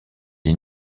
les